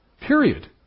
Period